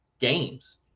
games